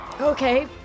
Okay